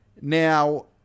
Now